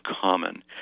common